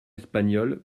espagnol